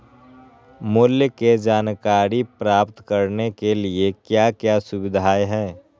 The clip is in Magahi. मूल्य के जानकारी प्राप्त करने के लिए क्या क्या सुविधाएं है?